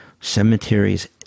cemeteries